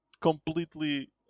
completely